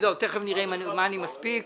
תיכף נראה מה אני מספיק